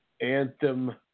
Anthem